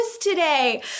today